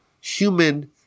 human